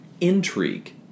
intrigue